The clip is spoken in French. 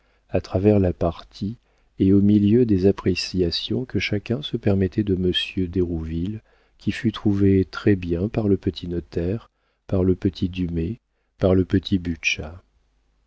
à travers la partie et au milieu des appréciations que chacun se permettait de monsieur d'hérouville qui fut trouvé très bien par le petit notaire par le petit dumay par le